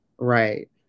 Right